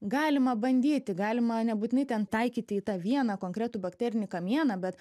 galima bandyti galima nebūtinai ten taikyti į tą vieną konkretų bakterinį kamieną bet